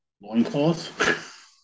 Loincloth